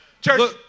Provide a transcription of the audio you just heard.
Church